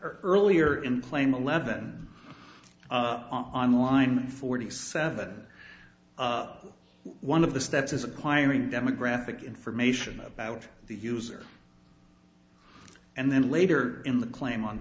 earlier in plame eleven on line forty seven one of the steps is acquiring demographic information about the user and then later in the claim on